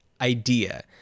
idea